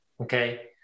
Okay